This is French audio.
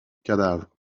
cadavre